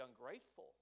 ungrateful